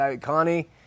Connie